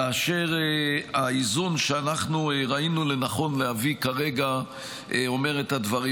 כאשר האיזון שאנחנו ראינו לנכון להביא כרגע אומר את הדברים